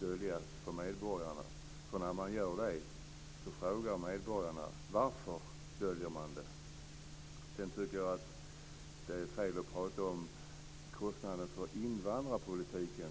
döljas för medborgarna. När man gör det frågar nämligen medborgarna: Varför döljer man det? Sedan tycker jag att det är fel att prata om kostnaderna för invandrarpolitiken.